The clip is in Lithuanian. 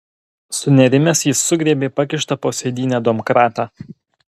sunerimęs jis sugriebė pakištą po sėdyne domkratą